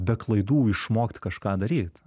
be klaidų išmokti kažką daryt